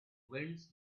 winds